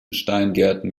steingärten